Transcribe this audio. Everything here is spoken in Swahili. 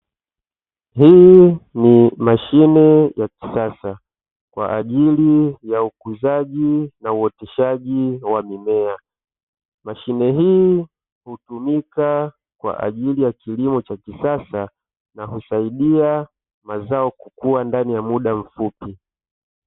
Hii ni mashine ya kisasa, kwa ajili ya ukuzaji na uoteshaji wa mimea. Mashine hii hutumika kwa ajili ya kilimo cha kisasa na husaidia mazao kukua ndani ya muda mfupi.